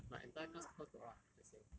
my entire class call her dora eh just saying